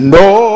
no